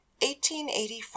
1885